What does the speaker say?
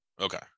okay